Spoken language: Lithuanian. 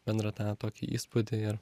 bendrą tą tokį įspūdį ir